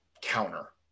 counter